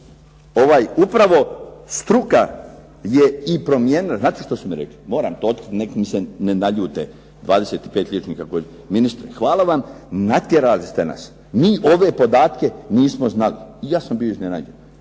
ovaj upravo struka je i promijenila. Znate što su mi rekli? Moram to otkriti, neka se ne naljute 25 liječnika koji su, ministre hvala vam natjerali ste nas. Mi ove podatke nismo znali. I ja sam bio iznenađen.